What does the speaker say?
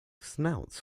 snouts